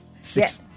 Six